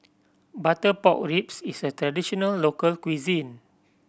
butter pork ribs is a traditional local cuisine